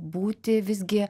būti visgi